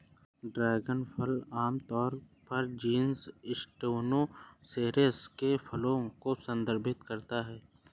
dragon फल आमतौर पर जीनस स्टेनोसेरेस के फल को संदर्भित करता है